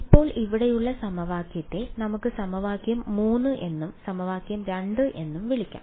ഇപ്പോൾ ഇവിടെയുള്ള സമവാക്യത്തെ നമുക്ക് സമവാക്യം 3 എന്നും സമവാക്യം 2 എന്നും വിളിക്കാം